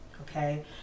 okay